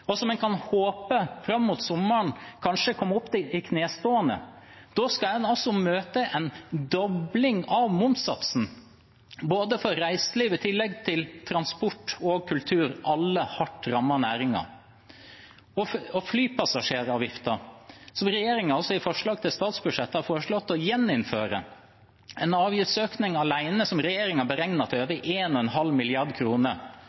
og som en kan håpe kanskje kan komme opp i knestående fram mot sommeren, skal møte en dobling av momssatsen. Dette gjelder både reiselivet, transportbransjen og kulturlivet – alle er hardt rammede næringer. Og flypassasjeravgiften, som regjeringen i forslaget til statsbudsjett har foreslått å gjeninnføre, er en avgiftsøkning som